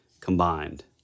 combined